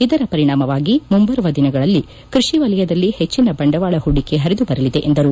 ಇದರ ಪರಿಣಾಮವಾಗಿ ಮುಂಬರುವ ದಿನಗಳಲ್ಲಿ ಕೃಷಿ ವಲಯದಲ್ಲಿ ಹೆಚ್ಚಿನ ಬಂಡವಾಳ ಹೂಡಿಕೆ ಪರಿದು ಬರಲಿದೆ ಎಂದರು